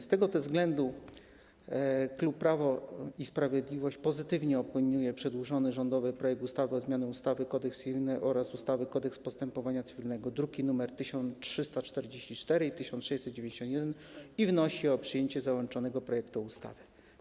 Z tego też względu klub Prawo i Sprawiedliwość pozytywnie opiniuje przedłożony rządowy projekt ustawy o zmianie ustawy - Kodeks cywilny oraz ustawy - Kodeks postępowania cywilnego, druki nr 1344 i 1691, i wnosi o przyjęcie załączonego projektu ustawy.